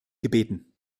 gebeten